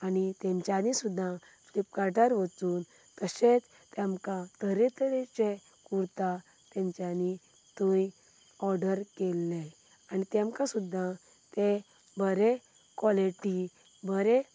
आनी तेमच्यांनी सुद्दां फ्लिपकार्टार वचून तशेंच तेमकां तरेतरेचे कुर्ता तांच्यांनी थंय ओर्डर केल्ले आनी तेमकां सुद्दां ते बरे कॉलिटी बरे